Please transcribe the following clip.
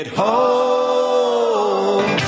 home